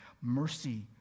Mercy